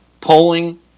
polling